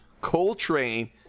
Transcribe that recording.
Coltrane